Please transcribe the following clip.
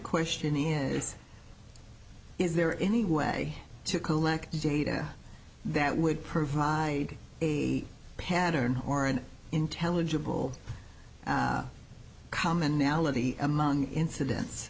question is is there any way to collect data that would provide a pattern or an intelligible commonality among incidents